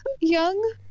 Young